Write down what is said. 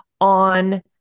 on